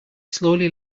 slowly